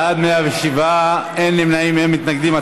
בעד, 107, אין נמנעים, אין מתנגדים.